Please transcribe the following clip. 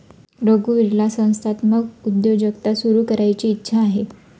रघुवीरला संस्थात्मक उद्योजकता सुरू करायची इच्छा आहे